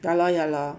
ya lor ya lor